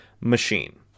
machine